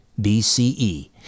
BCE